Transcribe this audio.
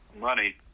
money